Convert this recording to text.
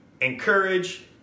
encourage